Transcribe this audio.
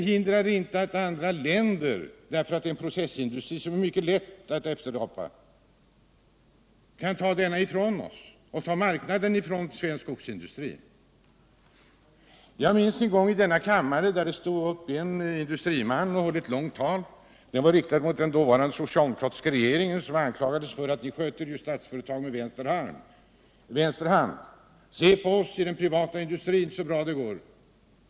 Eftersom det rör sig om en processindustri som det är mycket lätt att efterapa, hindrar det inte att andra länder kan ta marknaden från den svenska skogsindustrin. Jag minns att en industriman en gång i denna kammare stod upp och höll ett långt tal som riktades mot den dåvarande socialdemokratiska regeringen, som anklagades för att Statsföretag AB sköttes med vänster hand. Se hur bra det går för oss inom den privata industrin, sade han.